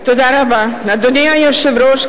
אדוני היושב-ראש,